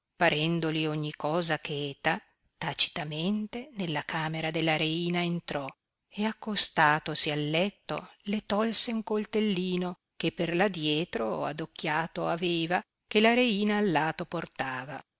notte parendoli ogni cosa cheta tacitamente nella camera della reina entrò e accostatosi al letto le tolse un coltellino che per adietro adocchiato aveva che la reina al lato portava